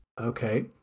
okay